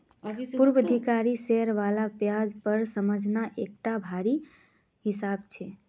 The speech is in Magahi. पूर्वाधिकारी शेयर बालार ब्याज दर समझना एकटा भारी हिसाब छै